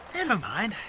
and mind,